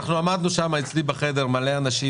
אנחנו עמדנו אצלי בחדר עם הרבה אנשים